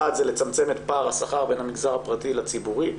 לצמצם את פער השכר בין המגזר הפרטי לציבורי.